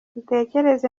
mutekereze